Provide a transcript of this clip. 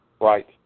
Right